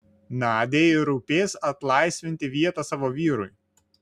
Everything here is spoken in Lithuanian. nadiai rūpės atlaisvinti vietą savo vyrui